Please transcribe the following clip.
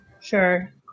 Sure